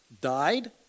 died